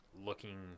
looking